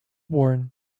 warren